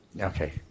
Okay